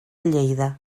lleida